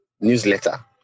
newsletter